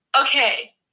okay